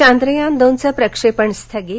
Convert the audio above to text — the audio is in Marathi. चांद्रयान दोनचं प्रक्षेपण स्थगित